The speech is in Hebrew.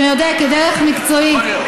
אתה יודע, כדרך מקצועית,